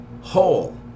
whole